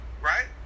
Right